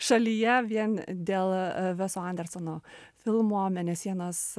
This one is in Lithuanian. šalyje vien dėl veso andersono filmo mėnesienos